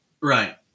Right